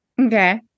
okay